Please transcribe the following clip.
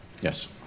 Yes